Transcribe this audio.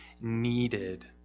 needed